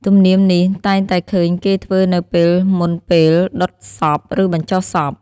ទំនៀមនេះតែងតែឃើញគេធ្វើនៅពេលមុនពេលដុតសពឬបញ្ចុះសព។